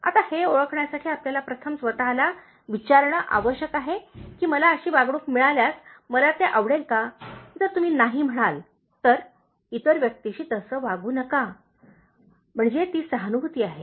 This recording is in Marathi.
आता हे ओळखण्यासाठी आपल्याला प्रथम स्वतःला विचारणे आवश्यक आहे की मला अशी वागणूक मिळाल्यास मला ते आवडेल का जर तुम्ही नाही म्हणाल तर इतर व्यक्तीशी तसे वागू नका म्हणजे ती सहानुभूती आहे